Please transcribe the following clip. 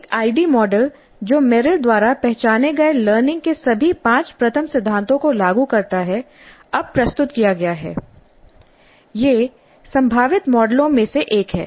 एक ID model जो Merrill द्वारा पहचाने गए लर्निंग के सभी पांच प्रथम सिद्धांतों को लागू करता है अब प्रस्तुत किया गया है यह संभावित मॉडलों में से एक है